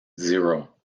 zero